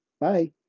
Bye